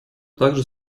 также